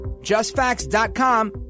JustFacts.com